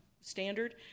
standard